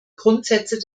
grundsätze